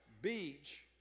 beach